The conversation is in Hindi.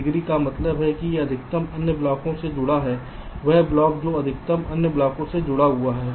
डिग्री का मतलब है कि यह अधिकतम अन्य ब्लॉकों से जुड़ा है वह ब्लॉक जो अधिकतम अन्य ब्लॉकों से जुड़ा हुआ है